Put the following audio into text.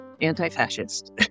anti-fascist